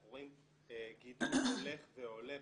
אנחנו רואים גידול הולך ועולה,